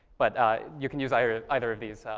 but you can use either ah either of these